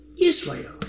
Israel